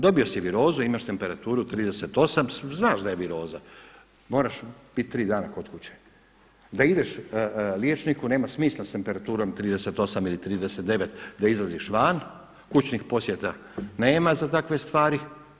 Dobio si virozu, imaše temperaturu 38, znaš da je viroza, moraš biti tri dana kod kuće da ideš nema smisla s temperaturom 38 ili 39 da izlaziš van, kućnih posjeta nema za takve stvari.